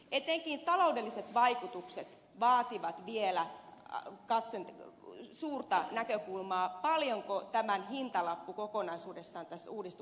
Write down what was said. etenkin taloudelliset vaikutukset vaativat vielä suurta näkökulmaa paljonko tämän uudistuksen hintalappu kokonaisuudessaan on